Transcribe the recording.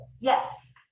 yes